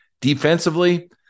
Defensively